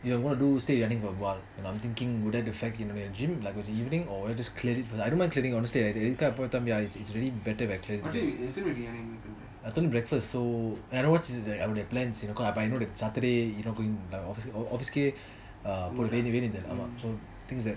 ya what we're gonna do I'm thinking would that affect me in the gym in the evening or just clear it I don't mind clearing honestly எதுக்காக:yeathukaaga it's really better if I clear it first I don't eat breakfast so otherwise I'd have plans because saturday you not going to the office um கே வெளில தான்:kae velila thaan the thing is that